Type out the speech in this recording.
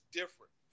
different